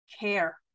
care